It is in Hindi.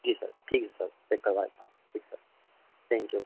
जी सर ठीक है सर पेक करवा देता हूँ ठीक सर थैंक यू